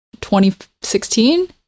2016